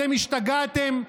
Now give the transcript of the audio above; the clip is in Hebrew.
אתם השתגעתם.